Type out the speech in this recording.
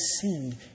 sinned